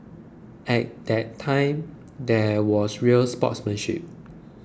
at that time there was real sportsmanship